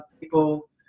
people